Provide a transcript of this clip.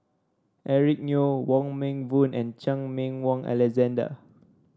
Eric Neo Wong Meng Voon and Chan Meng Wah Alexander